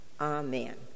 Amen